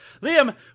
Liam